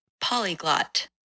polyglot